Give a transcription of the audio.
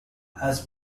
has